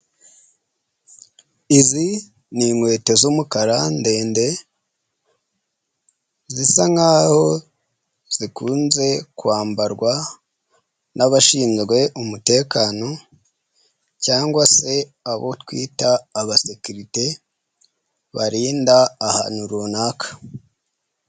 Izi ni inkweto z'umukara ndende zisa nkaho zikunze kwambarwa n'abashinzwe umutekano cyangwa se abo twita abasekirite barinda ahantu runaka.